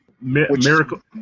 Miracle